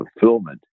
fulfillment